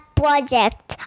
project